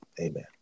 amen